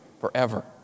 forever